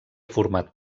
format